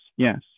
Yes